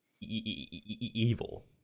evil